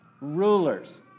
rulers